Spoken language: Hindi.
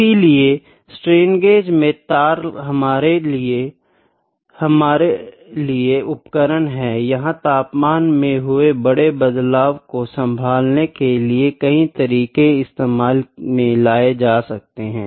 इसलिए स्ट्रेन गेज में तार हमारे लिए उपकरण है यहां तापमान में हुए बड़े बदलाव को संभालने के लिए कहीं तरीके इस्तेमाल में लाए जा सकते हैं